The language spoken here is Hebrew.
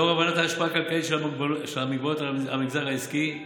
לאור הבנת ההשפעה הכלכלית של המגבלות על המגזר העסקי,